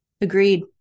Agreed